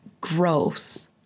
growth